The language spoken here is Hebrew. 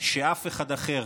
שאף אחד אחר